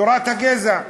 תורת הגזע.